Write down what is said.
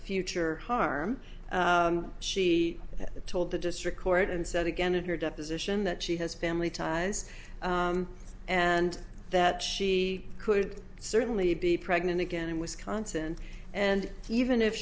future harm she told the district court and said again in her deposition that she has family ties and that she could certainly be pregnant again in wisconsin and even if